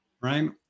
right